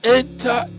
enter